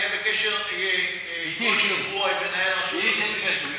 אני אהיה בקשר כל שבוע עם מנהל רשות המסים,